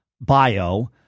bio